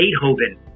Beethoven